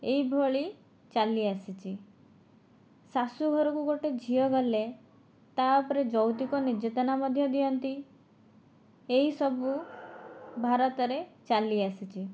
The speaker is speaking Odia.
ଏହି ଭଳି ଚାଲି ଆସିଛି ଶାଶୁଘରକୁ ଗୋଟିଏ ଝିଅ ଗଲେ ତା' ଉପରେ ଯୌତୁକ ନିର୍ଯାତନା ମଧ୍ୟ ଦିଅନ୍ତି ଏହିସବୁ ଭାରତରେ ଚାଲି ଆସିଛି